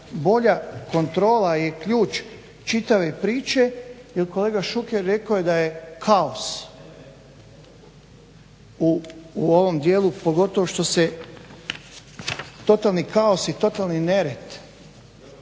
bolja kontrola je ključ čitave priče jer kolega Šuker rekao je da je kaos u ovom djelu pogotovo što se, totalni kaos i totalni nered